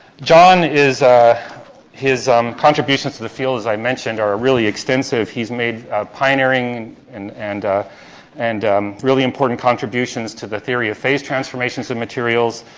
john, ah his um contributions to the field, as i mentioned, are really extensive. he's made pioneering and and and um really important contributions to the theory of phase transformations of materials.